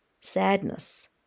sadness